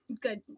good